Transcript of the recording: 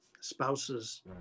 spouses